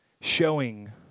showing